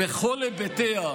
בכל היבטיה,